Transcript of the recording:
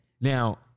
Now